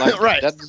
Right